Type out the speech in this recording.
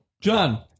John